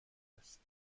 است